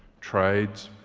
trades,